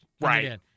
Right